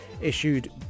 issued